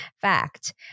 fact